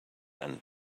and